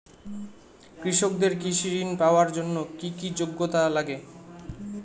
কৃষকদের কৃষি ঋণ পাওয়ার জন্য কী কী যোগ্যতা লাগে?